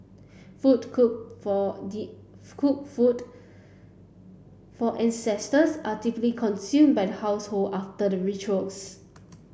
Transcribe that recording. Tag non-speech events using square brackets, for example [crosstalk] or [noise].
food cook for [unintelligible] cook food for ancestors are typically consumed by the household after the rituals